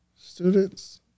students